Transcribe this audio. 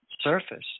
surface